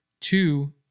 Two